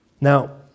Now